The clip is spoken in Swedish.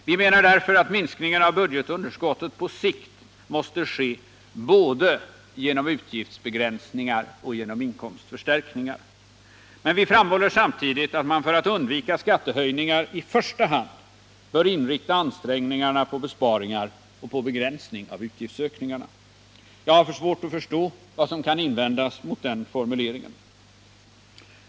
Vi menar därför att minskningen av budgetunderskottet på sikt måste ske både genom utgiftsbegränsningar och genom inkomstförstärkningar, men vi framhåller samtidigt att man för att undvika skattehöjningar i första hand bör inrikta ansträngningarna på besparingar och på begränsning av utgiftsökningarna. Jag har svårt att förstå vad som kan invändas mot denna formulering.